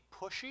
pushy